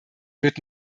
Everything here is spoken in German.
wird